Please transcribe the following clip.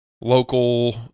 local